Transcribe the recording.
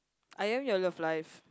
I am your love life